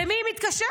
למי היא מתקשרת?